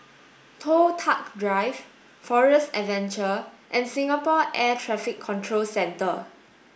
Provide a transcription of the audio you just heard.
Toh Tuck Drive Forest Adventure and Singapore Air Traffic Control Centre